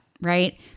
Right